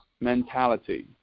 mentality